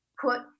put